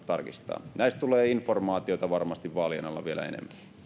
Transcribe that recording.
tarkistaa näistä tulee informaatiota varmasti vaalien alla vielä enemmän